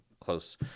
close